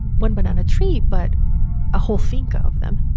one banana tree, but a whole finca of them